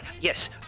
Yes